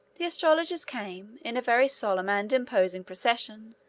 the astrologers came, in a very solemn and imposing procession,